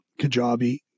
Kajabi